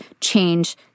change